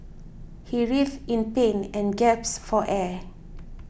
he writhed in pain and gasped for air